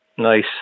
Nice